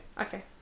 Okay